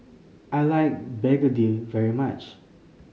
I like Begedil very much